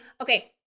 okay